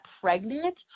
pregnant